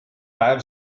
päev